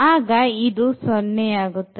ಆಗ ಇದು 0 ಆಗುತ್ತದೆ